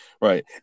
Right